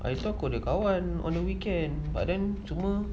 I though aku ada kawan on the weekend but then cuma